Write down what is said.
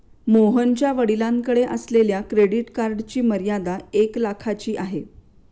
मोहनच्या वडिलांकडे असलेल्या क्रेडिट कार्डची मर्यादा एक लाखाची आहे